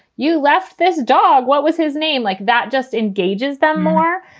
you left this dog, what was his name like that just engages them more.